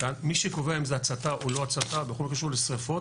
מי שקובע אם זה הצתה או לא הצתה בכל מה שקשור לשריפות,